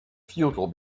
futile